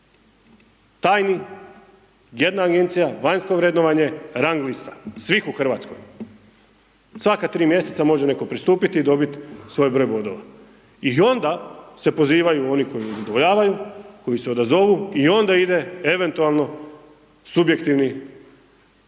tajni, jedna agencija, vanjsko vrednovanje, rang lista, svih u Hrvatskoj. Svaka tri mjeseca može netko pristupit i dobit svoj broj bodova i onda se pozivaju oni koji udovoljavaju, koji se odazovu i onda ide eventualno subjektivni,